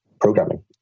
programming